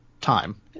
time